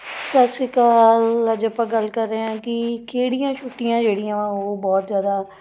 ਸਤਿ ਸ਼੍ਰੀ ਅਕਾਲ ਅੱਜ ਆਪਾਂ ਗੱਲ ਕਰ ਰਹੇ ਹਾਂ ਕਿ ਕਿਹੜੀਆਂ ਛੁੱਟੀਆਂ ਜਿਹੜੀਆਂ ਉਹ ਬਹੁਤ ਜ਼ਿਆਦਾ